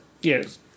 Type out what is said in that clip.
yes